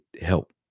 help